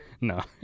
No